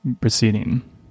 proceeding